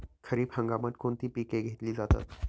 खरीप हंगामात कोणती पिके घेतली जातात?